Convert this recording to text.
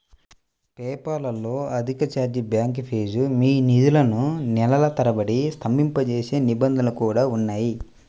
PayPal లో అధిక chargeback fees, మీ నిధులను నెలల తరబడి స్తంభింపజేసే నిబంధనలు కూడా ఉన్నాయి